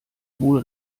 wohl